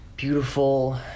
Beautiful